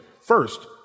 First